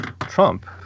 Trump